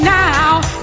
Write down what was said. now